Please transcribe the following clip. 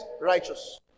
Righteous